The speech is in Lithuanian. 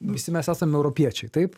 visi mes esam europiečiai taip